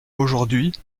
aujourd’hui